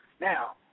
Now